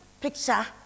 picture